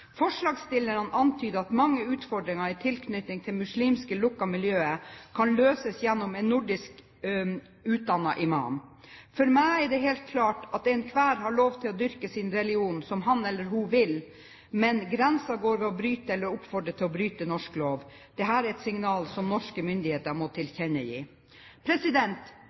Forslagsstillerne antyder at mange utfordringer i tilknytning til muslimske, lukkede miljøer kan løses gjennom en nordisk utdannet imam. For meg er det helt klart at enhver har lov til å dyrke sin religion som han eller hun vil, men grensen går ved å bryte, eller oppfordre til å bryte, norsk lov. Dette er et signal som norske myndigheter må tilkjennegi.